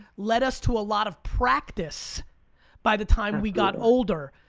led us to a lot of practice by the time we got older.